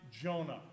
Jonah